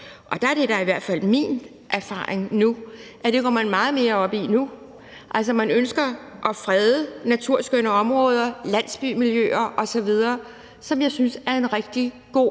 Og der er det da i hvert fald min erfaring, at man går meget mere op i det nu. Man ønsker at frede naturskønne områder, landsbymiljøer osv., hvad jeg synes er en rigtig god